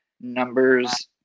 numbers